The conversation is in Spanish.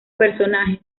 personajes